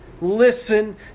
Listen